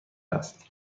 است